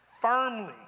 Firmly